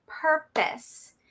purpose